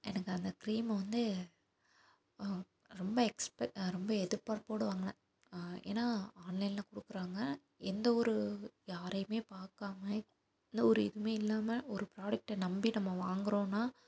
எனக்கு அந்த க்ரீமை வந்து ரொம்ப எக்ஸ்பெக் நான் ரொம்ப எதிர்பார்ப்போடு வாங்கினேன் ஏன்னால் ஆன்லைனில் கொடுக்குறாங்க எந்தவொரு யாரையுமே பார்க்காம எந்தவொரு இதுவுமே இல்லாமல் ஒரு ப்ராடக்ட்டை நம்பி நம்ம வாங்கிறோன்னா